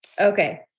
Okay